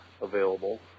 available